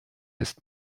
ist